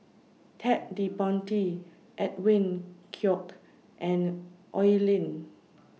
Ted De Ponti Edwin Koek and Oi Lin